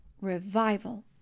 Revival